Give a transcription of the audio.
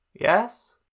Yes